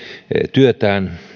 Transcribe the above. työtään